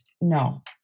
No